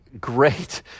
great